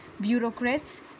bureaucrats